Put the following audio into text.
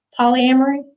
polyamory